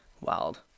Wild